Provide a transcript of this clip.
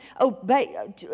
obey